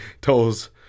toes